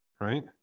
right